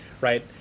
right